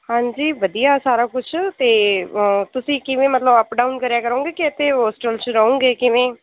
ਹਾਂਜੀ ਵਧੀਆ ਸਾਰਾ ਕੁੱਛ ਤਾਂ ਤੁਸੀਂ ਕਿਵੇਂ ਮਤਲਬ ਅੱਪ ਡਾਊਨ ਕਰਿਆ ਕਰੋਂਗੇ ਕੇ ਇੱਥੇ ਹੋਸਟਲ 'ਚ ਰਹੁੰਗੇ ਕਿਵੇਂ